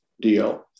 deal